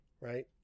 right